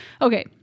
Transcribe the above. Okay